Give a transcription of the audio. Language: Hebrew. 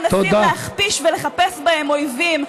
מנסים להכפיש ולחפש בהם אויבים,